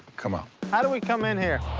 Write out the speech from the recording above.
come on. how did we come in here?